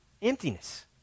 Emptiness